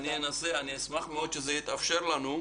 אני אשמח מאוד שזה יתאפשר לנו.